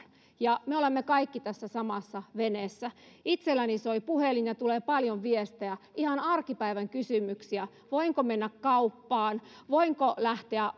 me olemme kaikki tässä samassa veneessä itselläni soi puhelin ja tulee paljon viestejä ihan arkipäivän kysymyksiä voinko mennä kauppaan voinko lähteä